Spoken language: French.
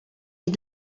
les